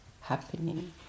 happening